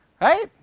Right